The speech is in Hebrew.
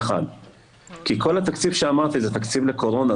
עד סוף 2021. כי כל התקציב שאמרתי זה תקציב לקורונה.